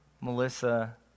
Melissa